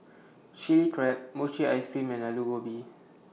Chilli Crab Mochi Ice Cream and Aloo Gobi